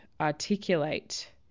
articulate